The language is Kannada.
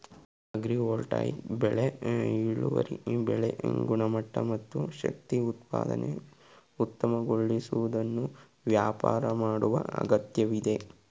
ಅಗ್ರಿವೋಲ್ಟಾಯಿಕ್ ಬೆಳೆ ಇಳುವರಿ ಬೆಳೆ ಗುಣಮಟ್ಟ ಮತ್ತು ಶಕ್ತಿ ಉತ್ಪಾದನೆ ಉತ್ತಮಗೊಳಿಸುವುದನ್ನು ವ್ಯಾಪಾರ ಮಾಡುವ ಅಗತ್ಯವಿದೆ